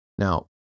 Now